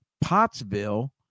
Pottsville